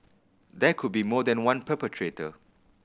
there could be more than one perpetrator